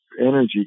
energy